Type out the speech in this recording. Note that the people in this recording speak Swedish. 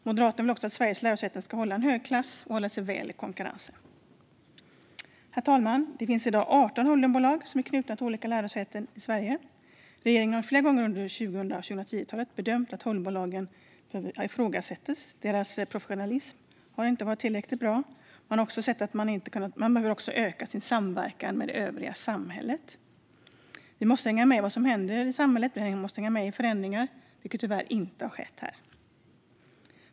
Moderaterna vill också att Sveriges lärosäten ska hålla hög klass och stå sig väl i konkurrensen. Herr talman! Det finns i dag 18 holdingbolag knutna till olika lärosäten i Sverige. Holdingbolagen har ifrågasatts vid flera tillfällen under 00-talet och 10-talet. De har inte varit tillräcklig professionella och har även behövt öka sin samverkan med övriga samhället. De måste hänga med i samhällets förändringar som sker, vilket tyvärr inte har skett.